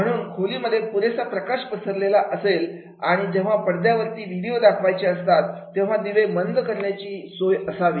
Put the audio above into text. म्हणून खोलीमध्ये पुरेसा प्रकाश पसरलेला असेल आणि जेव्हा पडद्यावरती व्हिडिओ दाखवायचे असतात तेव्हा दिवे मंद करण्याची सोय असावी